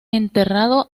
enterrado